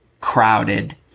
crowded